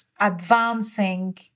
advancing